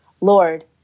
Lord